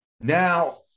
now